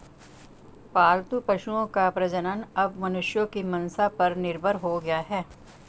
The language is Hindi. पालतू पशुओं का प्रजनन अब मनुष्यों की मंसा पर निर्भर हो गया है